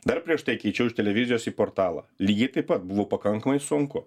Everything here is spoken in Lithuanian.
dar prieš tai keičiau iš televizijos į portalą lygiai taip pat buvo pakankamai sunku